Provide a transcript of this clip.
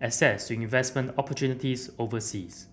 access to investment opportunities overseas